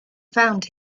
found